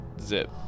zip